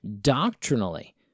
doctrinally